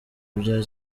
bya